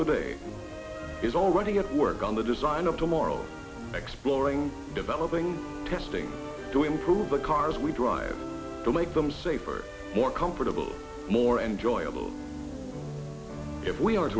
today is already at work on the design of tomorrow exploring developing testing to improve the cars we drive to make them safer more comfortable more enjoyable if we are